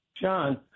John